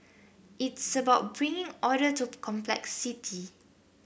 it's about bringing order to complexity